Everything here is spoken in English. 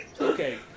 Okay